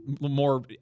more